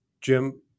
Jim